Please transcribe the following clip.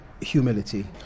humility